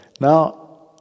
Now